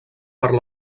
per